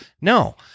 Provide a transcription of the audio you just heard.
No